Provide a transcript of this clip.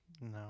No